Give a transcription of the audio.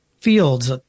fields